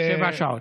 שבע שעות.